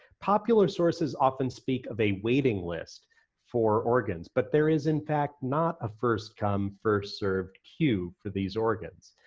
popular sources often speak of a waiting list for organs. but there is in fact not a first come first served queue for these organs.